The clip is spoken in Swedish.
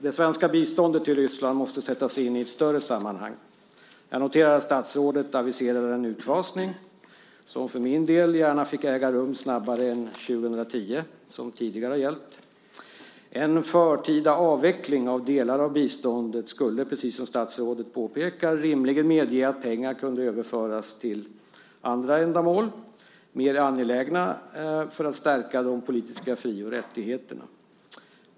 Det svenska biståndet till Ryssland måste sättas in i ett större sammanhang. Jag noterar att statsrådet aviserar en utfasning som för min del gärna får äga rum snabbare än 2010, som tidigare har gällt. En förtida avveckling av delar av biståndet skulle, precis som statsrådet påpekar, rimligen medge att pengar kunde överföras till andra, mer angelägna ändamål för att stärka de politiska fri och rättigheterna.